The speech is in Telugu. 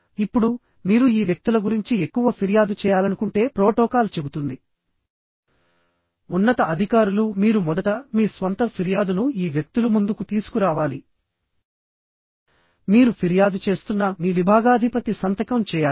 ఇప్పుడుమీరు ఈ వ్యక్తుల గురించి ఎక్కువ ఫిర్యాదు చేయాలనుకుంటే ప్రోటోకాల్ చెబుతుంది ఉన్నత అధికారులు మీరు మొదట మీ స్వంత ఫిర్యాదును ఈ వ్యక్తులు ముందుకు తీసుకురావాలి మీరు ఫిర్యాదు చేస్తున్న మీ విభాగాధిపతి సంతకం చేయాలి